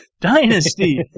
Dynasty